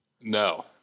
No